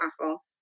awful